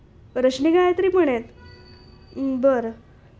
रश्मी गायत्री पण आहेत बरं